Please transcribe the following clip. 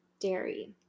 dairy